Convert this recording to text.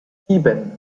sieben